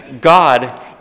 God